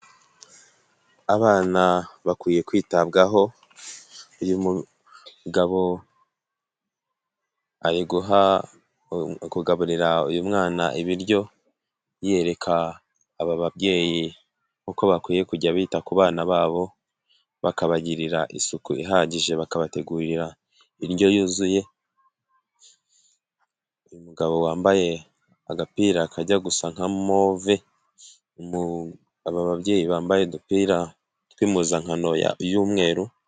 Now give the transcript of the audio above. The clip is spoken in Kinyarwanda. Abana bakwiye kwitabwaho, uyu mugabo ari kugaburira uyu mwana ibiryo, yereka aba babyeyi uko bakwiye kujya bita ku bana babo, bakabagirira isuku ihagije bakabategurira indyo yuzuye, uyu mugabo wambaye agapira kajya gusa nka move, ababyeyi bambaye udupira tw'impuzankano y'umweru.